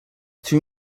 two